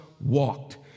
walked